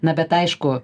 na bet aišku